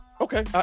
Okay